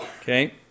Okay